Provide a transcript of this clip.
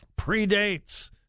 predates